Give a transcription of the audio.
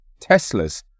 Teslas